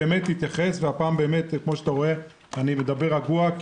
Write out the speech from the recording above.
כמו שאתה שומע, אני מדבר בצורה רגועה.